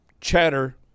chatter